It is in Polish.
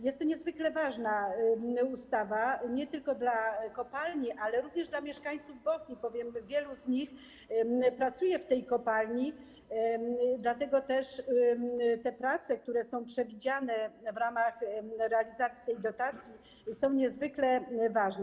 Jest to niezwykle ważna ustawa nie tylko dla kopalni, ale również dla mieszkańców Bochni, bowiem wielu z nich pracuje w tej kopalni, dlatego też te prace, które są przewidziane w ramach realizacji tej dotacji, są niezwykle ważne.